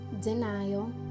denial